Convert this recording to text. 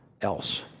else